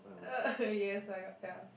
uh yes I got ya